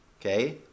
Okay